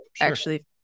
actually-